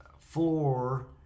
floor